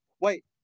wait